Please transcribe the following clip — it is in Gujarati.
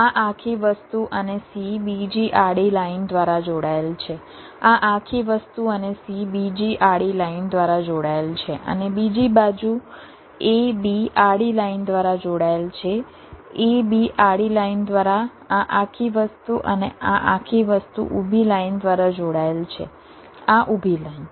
આ આખી વસ્તુ અને c બીજી આડી લાઇન દ્વારા જોડાયેલ છે આ આખી વસ્તુ અને c બીજી આડી લાઇન દ્વારા જોડાયેલ છે અને બીજી બાજુ a b આડી લાઇન દ્વારા જોડાયેલ છે a b આડી લાઇન દ્વારા આ આખી વસ્તુ અને આ આખી વસ્તુ ઊભી લાઇન દ્વારા જોડાયેલ છે આ ઊભી લાઇન